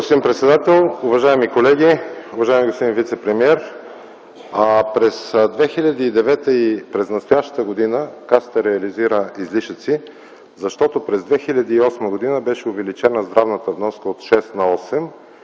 Благодаря, господин председател. Уважаеми колеги, уважаеми господин вицепремиер! През 2009 и през настоящата година Касата реализира излишъци, защото през 2008 г. беше увеличена здравната вноска от 6 на 8%